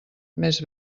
més